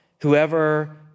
whoever